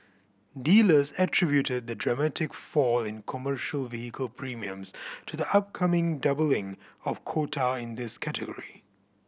dealers attributed the dramatic fall in commercial vehicle premiums to the upcoming doubling of quota in this category